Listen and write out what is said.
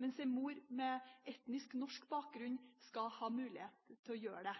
mens en mor med etnisk norsk bakgrunn skal ha mulighet til å gjøre det.